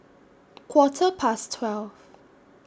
Quarter Past twelve